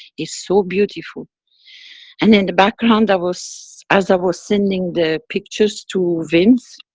it's so beautiful and in the background i was. as i was sending the pictures to vince,